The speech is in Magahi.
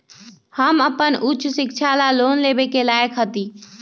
हम अपन उच्च शिक्षा ला लोन लेवे के लायक हती?